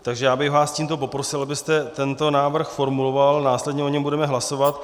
Takže bych vás tímto poprosil, abyste tento návrh formuloval, následně o něm budeme hlasovat.